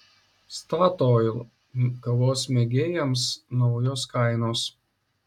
statoil kavos mėgėjams naujos kainos